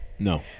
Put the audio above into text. no